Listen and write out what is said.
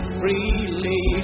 freely